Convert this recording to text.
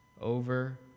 over